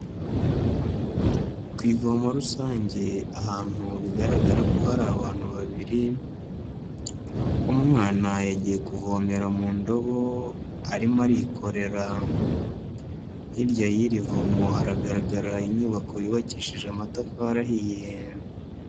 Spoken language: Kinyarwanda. Ku ivomo rusange ahantu bigaragara ko hari abantu babiri, umwana yagiye kuvomera mu ndobo arimo arikorera. Hirya y'iri vomo haragaragara inyubako yubakishije amatafari ahiye.